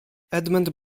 edmund